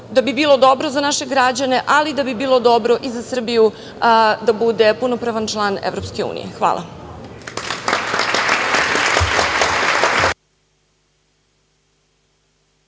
da bi bilo dobro za naše građane, ali da bi bilo dobro i za Srbiju da bude punopravan član EU.Hvala.